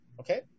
Okay